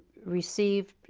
received